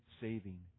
saving